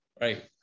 right